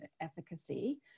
efficacy